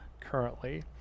currently